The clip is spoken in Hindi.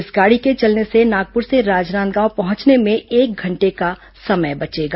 इस गाड़ी के चलने से नागपुर से राजनांदगांव पहुंचने में एक घंटे का समय बचेगा